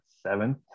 seventh